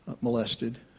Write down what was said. molested